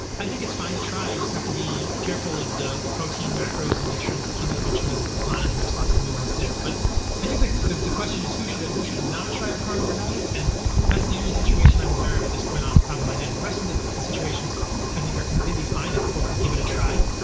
i think it's fine to try. you just have to be careful of the the protein macros and make sure that the kidney function doesn't decline and there's lots of nuance there. but i think think the the question is who should and who should not try a carnivore diet? and that's the only situation i'm aware of at this point off the top of my head. the rest of the situations i think are completely fine and that people could give it a try.